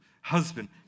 husband